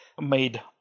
made